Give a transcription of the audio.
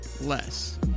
less